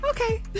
Okay